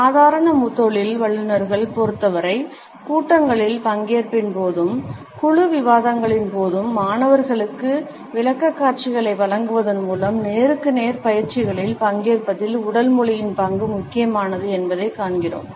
சாதாரண தொழில் வல்லுநர்களைப் பொறுத்தவரை கூட்டங்களின் பங்கேற்பின் போதும் குழு விவாதங்களின் போதும் மாணவர்களுக்கு விளக்கக்காட்சிகளை வழங்குவதன் மூலம் நேருக்கு நேர் பயிற்சிகளில் பங்கேற்பதில் உடல் மொழியின் பங்கு முக்கியமானது என்பதைக் காண்கிறோம்